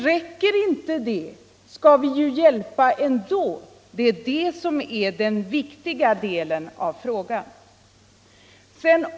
Räcker inte det, skall vi ju hjälpa ändå. Detta är det viktiga för frågan.